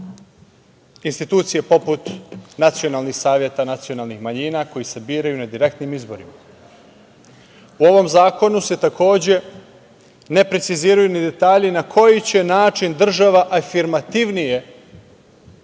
institucije, poput nacionalnih saveta nacionalnih manjina koji se biraju na direktnim izborima. Takođe, u ovom zakonu se ne preciziraju ni detalji na koji će način država afirmativnije